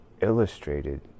illustrated